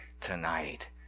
tonight